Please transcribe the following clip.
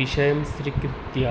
विषयं स्वीकृत्य